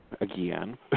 again